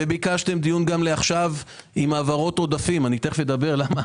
וביקשתם דיון גם עכשיו עם העברות עודפים תיכף אדבר למה